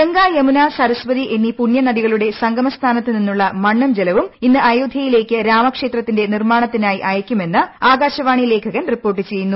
ഗംഗ യമുന സരസ്വതി എന്നീ പുണ്യ നദികളുടെ സംഗമസ്ഥാനത്തു നിന്നുള്ള മണ്ണും ജലവും ഇന്ന് അയോധ്യയിലേക്ക് രാമക്ഷേത്രത്തിന്റെ നിർമ്മാണത്തിനായി അയക്കുമെന്ന് ആകാശവാണി ലേഖകൻ റിപ്പോർട്ട് ചെയ്യുന്നു